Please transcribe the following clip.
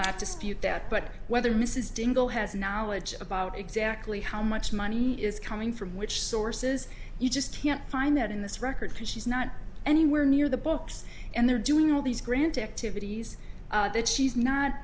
not dispute that but whether mrs dingell has knowledge about exactly how much money is coming from which sources you just can't find that in this record because she's not anywhere near the books and they're doing all these grant activities that she's not